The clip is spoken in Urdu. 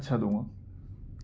اچھا دوں گا